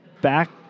back